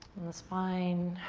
in the spine.